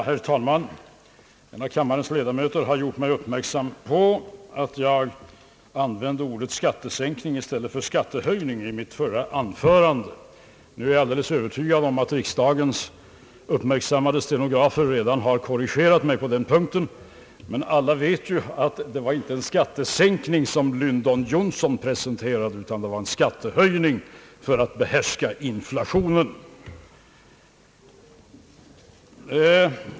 Herr talman! En av kammarens ledamöter har gjort mig uppmärksam på att jag använde ordet skattesänkning i stället för skattehöjning i mitt förra anförande. Nu är jag alldeles övertygad om att riksdagens uppmärksamma stenografer redan korrigerat mig på den punkten, och alla vet ju att det inte var en skattesänkning som Lyndon Johnson presenterade, utan en skattehöjning för att behärska inflationen.